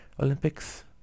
Olympics